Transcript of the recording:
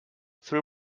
three